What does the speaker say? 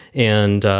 and